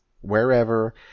wherever